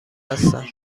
هستم